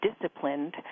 Disciplined